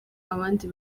abandi